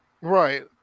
Right